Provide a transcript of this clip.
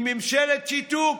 היא ממשלת שיתוק.